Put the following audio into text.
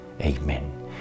Amen